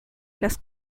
las